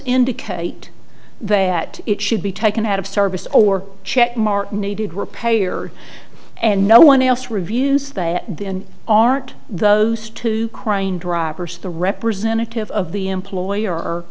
indicate that it should be taken out of service or check martin needed repair and no one else reviews the aren't those two crying drivers the representative of the employer